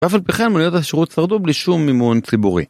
ואף על פי כן, מוניות השירות שרדו בלי שום מימון ציבורי